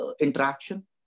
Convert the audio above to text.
interaction